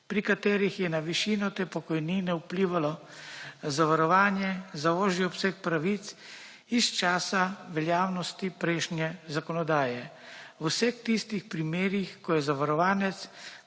pri katerih je na višino te pokojnine vplivalo zavarovanje za ožji obseg pravic iz časa veljavnosti prejšnje zakonodaje. V vseh tistih primerih, ko je zavarovanec